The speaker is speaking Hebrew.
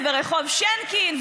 רחוב שינקין,